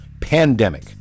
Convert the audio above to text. Pandemic